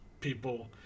people